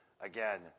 Again